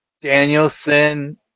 Danielson